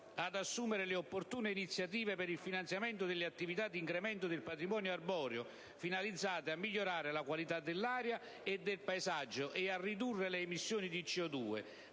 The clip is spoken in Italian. ad assumere le opportune iniziative per il finanziamento delle attività di incremento del patrimonio arboreo, finalizzate a migliorare la qualità dell'aria e del paesaggio e a ridurre le emissioni di CO2,